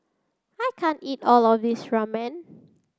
I can't eat all of this Ramen